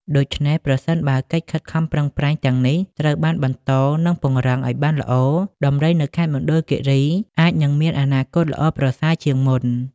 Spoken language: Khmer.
ដូច្នេះប្រសិនបើកិច្ចខិតខំប្រឹងប្រែងទាំងនេះត្រូវបានបន្តនិងពង្រឹងឲ្យបានល្អ ដំរីនៅខេត្តមណ្ឌលគិរីអាចនឹងមានអនាគតល្អប្រសើរជាងមុន។